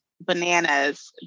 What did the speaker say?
bananas